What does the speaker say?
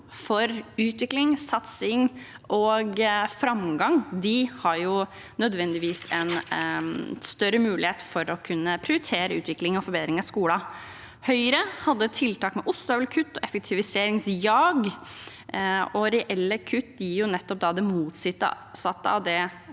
for utvikling, satsing og framgang, har nødvendigvis en større mulighet til å kunne prioritere utvikling og forbedring av skolen. Høyre hadde tiltak, med ostehøvelkutt og effektiviseringsjag, og reelle kutt gir nettopp det motsatte av det